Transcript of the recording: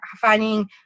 finding